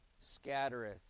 scattereth